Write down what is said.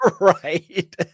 Right